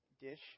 dish